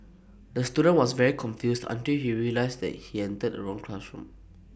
the student was very confused until he realised he entered wrong classroom